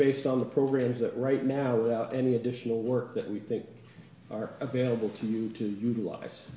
based on the programs that right now without any additional work that we think are available to you to utilize